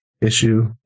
issue